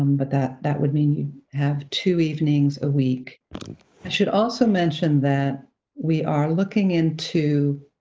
um but that that would mean you have two evenings a week. i should also mention that we are looking into